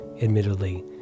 admittedly